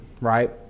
right